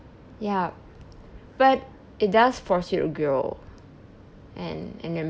yup but it does force you to grow and and